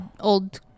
old